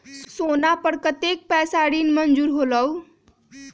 सोना पर कतेक पैसा ऋण मंजूर होलहु?